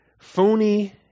phony